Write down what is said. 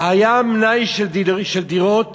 היה מלאי של דירות